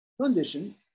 condition